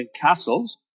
Castle's